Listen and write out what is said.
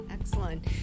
excellent